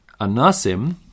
anasim